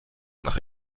nach